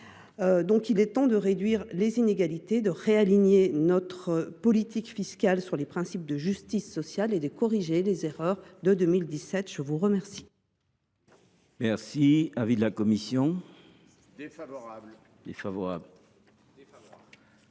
Il est temps de réduire les inégalités, de réaligner notre politique fiscale sur les principes de justice sociale et de corriger les erreurs commises en 2017.